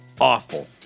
awful